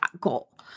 goal